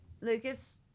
Lucas